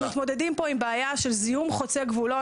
אנחנו מתמודדים בעיה של זיהום חוצה גבולות,